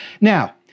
Now